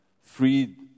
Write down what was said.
freed